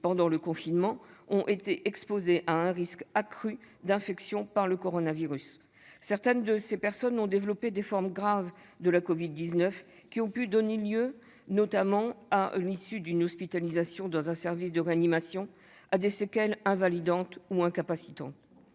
pendant le confinement, ont été exposés à un risque accru d'infection par le coronavirus. Certaines de ces personnes ont développé des formes graves de la Covid-19, qui ont pu donner lieu, notamment à l'issue d'une hospitalisation dans un service de réanimation, à des séquelles invalidantes ou incapacitantes,